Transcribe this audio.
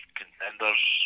contenders